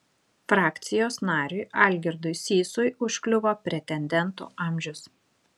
frakcijos nariui algirdui sysui užkliuvo pretendentų amžius